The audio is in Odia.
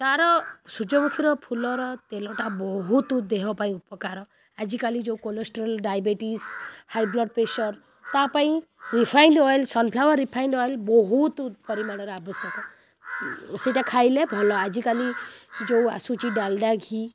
ତାର ସୂର୍ଯ୍ୟମୁଖୀର ଫୁଲର ତେଲଟା ବହୁତ ଦେହ ପାଇଁ ଉପକାର ଆଜିକାଲି ଯେଉଁ cholesterol diabetes high blood pressure ତା ପାଇଁ refined oil sunflower refined oil ବହୁତ ପରିମାଣର ଆବଶ୍ୟକ ସେଇଟା ଖାଇଲେ ଭଲ ଆଜିକାଲି ଯେଉଁ ଆସୁଛି ଡାଲଡ଼ା ଘି